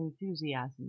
enthusiasm